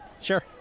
Sure